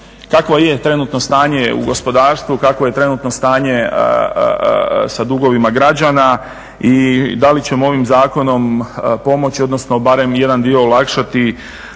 kakvo je trenutno stanje u gospodarstvu, kakvo je trenutno stanje sa dugovima građana i da li ćemo ovim zakonom pomoći, odnosno barem jedan dio olakšati